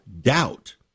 doubt